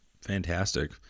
Fantastic